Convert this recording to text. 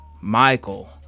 Michael